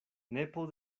nepo